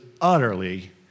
utterly